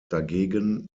dagegen